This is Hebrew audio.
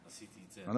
אני עשיתי זה.